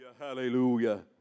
Hallelujah